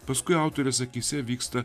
paskui autorės akyse vyksta